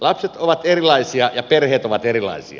lapset ovat erilaisia ja perheet ovat erilaisia